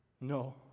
No